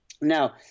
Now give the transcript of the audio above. Now